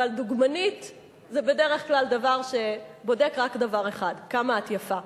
אבל דוגמנית זה בדרך כלל דבר שבודק רק דבר אחד: כמה את יפה.